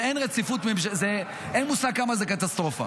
אין רציפות, אין מושג כמה זה קטסטרופה.